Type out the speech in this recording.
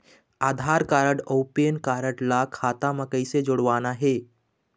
आधार card अऊ PAN card ला खाता म कइसे जोड़वाना हे?